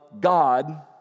God